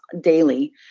daily